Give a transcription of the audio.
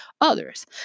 others